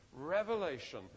Revelation